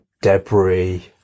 Debris